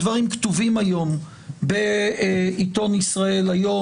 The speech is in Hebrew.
הדברים כתובים היום בעיתון "ישראל היום",